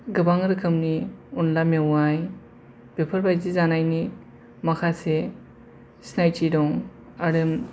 गोबां रोखोमनि अनला मेवाय बेफोर बायदि जानायनि माखासे सिनायथि दं आरो